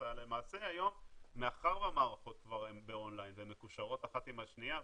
למעשה היום מאחר והמערכות הן כבר באון-ליין ומקושרות אחת עם השניה,